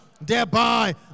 thereby